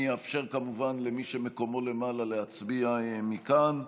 אני אאפשר כמובן למי שמקומו למעלה להצביע מכאן.